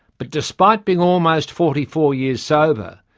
but despite being almost forty four years sober,